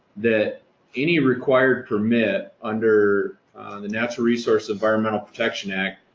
that any required permit under the natural resource, environmental protection act,